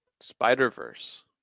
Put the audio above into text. Spider-Verse